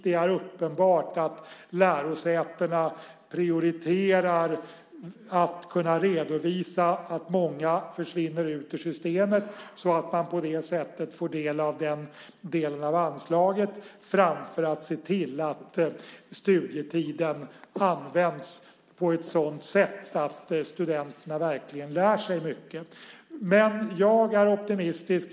Det är uppenbart att lärosätena prioriterar att kunna redovisa att många försvinner ut ur systemet, så att man på det sättet får del av den delen av anslaget, framför att se till studietiden används på ett sådant sätt att studenterna verkligen lär sig mycket. Men jag är optimistisk.